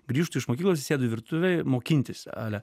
grįžtu iš mokyklos sėdu virtuvėj mokintis ale